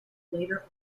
later